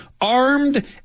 armed